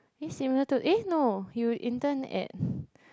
eh similar to eh no you intern at